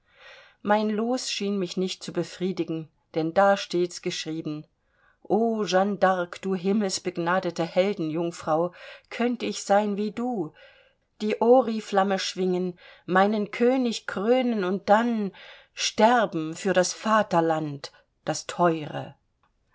mein los schien mich nicht zu befriedigen denn da steht's geschrieben oh jeanne d'arc du himmelsbegnadete heldenjungfrau könnt ich sein wie du die oriflamme schwingen meinen könig krönen und dann sterben für das vaterland das teure